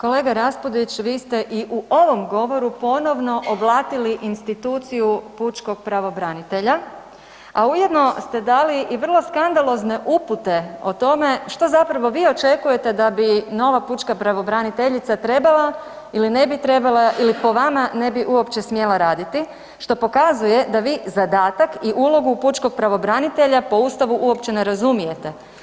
Kolega Raspudić, vi ste i u ovom govoru ponovno oblatili instituciju pučkog pravobranitelja, a ujedno ste dali i vrlo skandalozne upute o tome što zapravo vi očekujete da bi nova pučka pravobraniteljica trebala ili ne bi trebala ili po vama ne bi uopće smjela raditi, što pokazuje da vi zadatak i ulogu pučkog pravobranitelja po ustavu uopće ne razumijete.